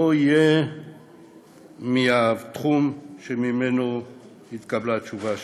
יהיה מהתחום שממנו התקבלה התשובה השלילית.